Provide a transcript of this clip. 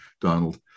Donald